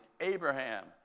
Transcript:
Abraham